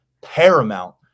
paramount